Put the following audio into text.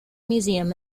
museum